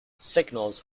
signals